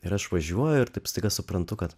ir aš važiuoju taip staiga suprantu kad